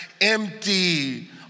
empty